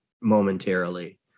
momentarily